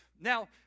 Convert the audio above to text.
Now